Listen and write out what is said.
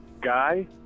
Guy